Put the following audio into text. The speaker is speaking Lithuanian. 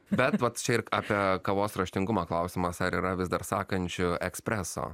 bet va čia ir apie kavos raštingumą klausimas ar yra vis dar sakančių ekspreso